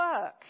work